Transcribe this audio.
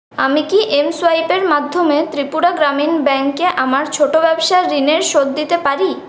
আমি কি এম সোয়াইপের মাধ্যমে ত্রিপুরা গ্রামীণ ব্যাংকে আমার ছোট ব্যবসার ঋণের শোধ দিতে পারি